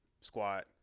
squat